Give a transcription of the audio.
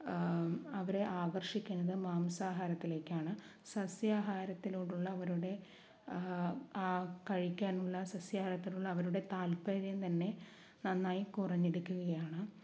അവരെ ആകർഷിക്കുന്നത് മാംസാഹാരത്തിലേക്കാണ് സസ്യാഹാരത്തിനോടുള്ള അവരുടെ ആ കഴിക്കാനുള്ള സസ്യാഹാരത്തിനോട് അവരുടെ താല്പര്യം തന്നെ നന്നായി കുറഞ്ഞിരിക്കുകയാണ്